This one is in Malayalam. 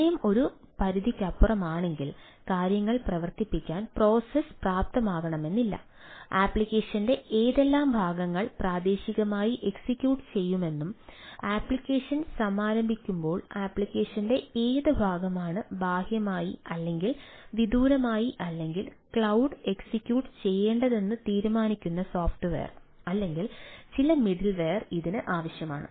സമയം ഒരു പരിധിക്കപ്പുറമാണെങ്കിൽ കാര്യങ്ങൾ പ്രവർത്തിപ്പിക്കാൻ പ്രോസസ്സ് പ്രാപ്തമാകണമെന്നില്ല ആപ്ലിക്കേഷന്റെ ഏതെല്ലാം ഭാഗങ്ങൾ പ്രാദേശികമായി എക്സിക്യൂട്ട് ചെയ്യുമെന്നും ആപ്ലിക്കേഷൻ സമാരംഭിക്കുമ്പോൾ ആപ്ലിക്കേഷന്റെ ഏത് ഭാഗമാണ് ബാഹ്യമായി അല്ലെങ്കിൽ വിദൂരമായി അല്ലെങ്കിൽ ക്ലൌഡിൽ എക്സിക്യൂട്ട് ചെയ്യേണ്ടതെന്ന് തീരുമാനിക്കുന്ന സോഫ്റ്റ്വെയർ അല്ലെങ്കിൽ ചില മിഡിൽവെയർ ഇതിന് ആവശ്യമാണ്